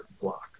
block